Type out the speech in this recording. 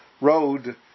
road